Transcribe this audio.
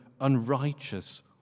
unrighteous